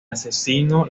asesino